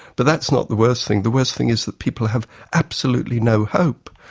but that's not the worst thing, the worst thing is that people have absolutely no hope,